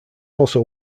also